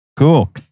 Cool